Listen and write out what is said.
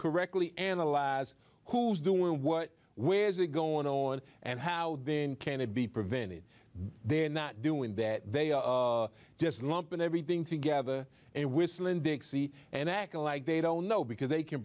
correctly analyze who's doing what where is it going on and how can it be prevented they're not doing that they just lumping everything together and whistling dixie and acting like they don't know because they can